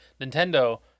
Nintendo